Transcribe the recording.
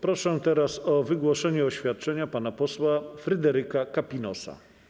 Proszę teraz o wygłoszenie oświadczenia pana posła Fryderyka Kapinosa.